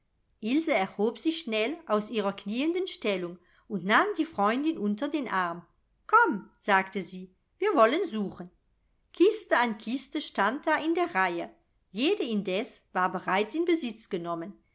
ilse erhob sich schnell aus ihrer knieenden stellung und nahm die freundin unter den arm komm sagte sie wir wollen suchen kiste an kiste stand da in der reihe jede indes war bereits in besitz genommen